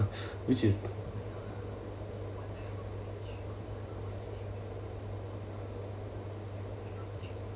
which is